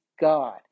God